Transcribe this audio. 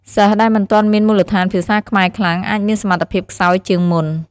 សិស្សដែលមិនទាន់មានមូលដ្ឋានភាសាខ្មែរខ្លាំង អាចមានសម្ថភាពខ្សោយជាងមុន។